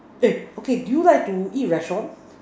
eh okay do you like to eat restaurant